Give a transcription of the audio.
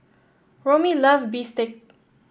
Romie loves bistake